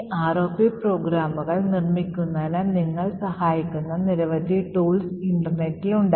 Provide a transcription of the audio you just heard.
ഈ ROP പ്രോഗ്രാമുകൾ നിർമ്മിക്കുന്നതിന് നിങ്ങളെ സഹായിക്കുന്ന നിരവധി ഉപകരണങ്ങൾ ഇന്റർനെറ്റിൽ ഉണ്ട്